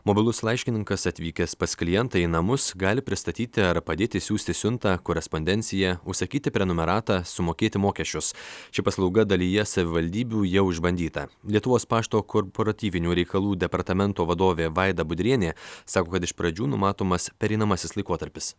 mobilus laiškininkas atvykęs pas klientą į namus gali pristatyti ar padėti siųsti siuntą korespondenciją užsakyti prenumeratą sumokėti mokesčius ši paslauga dalyje savivaldybių jau išbandyta lietuvos pašto korportatyvinių reikalų departamento vadovė vaida budrienė sako kad iš pradžių numatomas pereinamasis laikotarpis